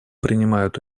принимают